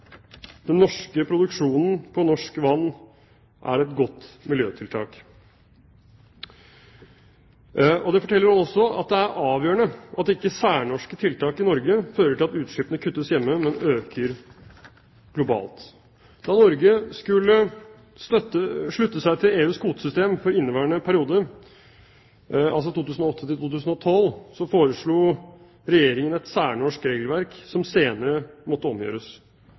den norske produksjonen på norsk vann er et godt miljøtiltak. Det forteller også at det er avgjørende at ikke særnorske tiltak i Norge fører til at utslippene kuttes hjemme, men øker globalt. Da Norge skulle slutte seg til EUs kvotesystem for inneværende periode, altså 2008–2012, foreslo Regjeringen et særnorsk regelverk som senere måtte omgjøres.